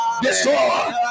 destroy